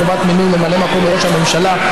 חובת מינוי ממלא מקום ראש הממשלה),